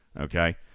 Okay